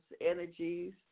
energies